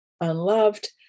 unloved